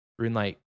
RuneLight